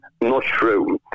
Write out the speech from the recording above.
Mushroom